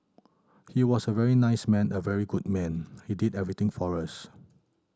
he was a very nice man a very good man he did everything for us